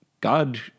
God